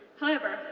however,